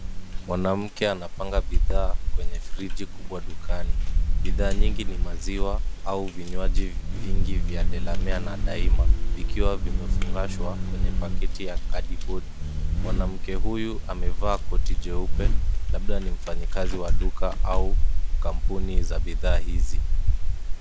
Mwanamke anapanga bidhaa kwenye friji kubwa dukani. Bidhaa nyingi ni maziwa, au vinywaji vingi vya delamere na daima, vikiwa vimefungashwa kwenye pakiti ya kadibodi. Mwanamke huyu amevaa koti jeupe, labda ni mfanyakazi wa duka au kampuni za bidhaa hizi.